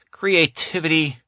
creativity